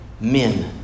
Men